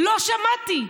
לא שמעתי.